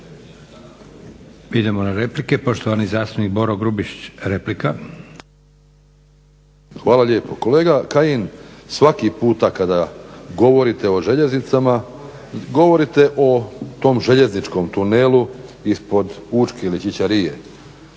Hvala lijepo. Kolega Kajin, svaki puta kada govorite o željeznicama govorite o tom željezničkom tunelu ispod Učke ili Ćićarije.